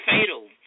fatal